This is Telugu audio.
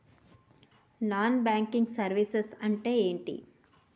నాన్ బ్యాంకింగ్ సర్వీసెస్ అంటే ఎంటి?